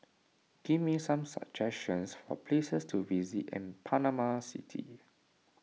give me some suggestions for places to visit in Panama City